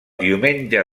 diumenge